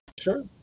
Sure